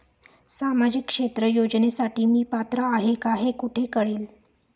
सामाजिक क्षेत्र योजनेसाठी मी पात्र आहे का हे कुठे कळेल?